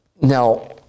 Now